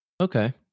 Okay